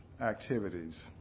activities